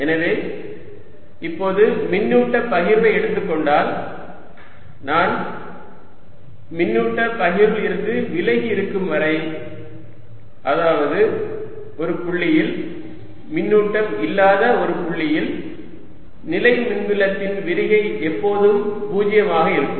எனவே இப்போது மின்னூட்ட பகிர்வை எடுத்துக் கொண்டால் நான் மின்னூட்ட பகிர்வில் இருந்து விலகி இருக்கும் வரை அதாவது ஒரு புள்ளியில் மின்னூட்டம் இல்லாத ஒரு புள்ளியில் நிலை மின்புலத்தின் விரிகை எப்போதும் 0 ஆக இருக்கும்